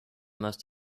must